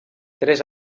tres